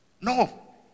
No